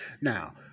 Now